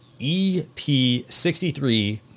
ep63